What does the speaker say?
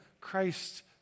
Christ